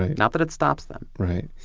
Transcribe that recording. not that it stops them right.